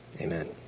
amen